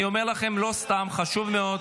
אני אומר לכם, לא סתם, חשוב מאוד.